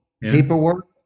paperwork